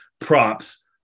props